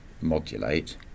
modulate